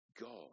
God